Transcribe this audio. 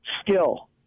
skill